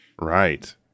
Right